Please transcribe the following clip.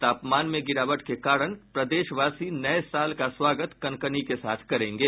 तापमान में गिरावट के कारण प्रदेशवासी नये साल का स्वागत कनकनी के साथ करेंगे